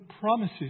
promises